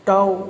दाउ